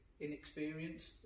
inexperience